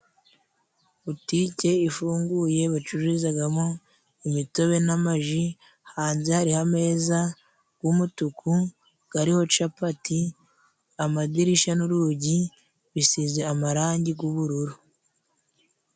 Butike ifunguye, bacururizamo imitobe n'amaji, hanze hariho ameza y'umutuku ariho capati, amadirishya n'urugi bisize amarangi y'ubururu.